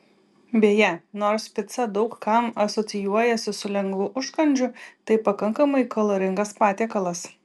beje nors pica daug kam asocijuojasi su lengvu užkandžiu tai pakankamai kaloringas patiekalas